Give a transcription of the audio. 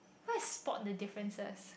what's spot the differences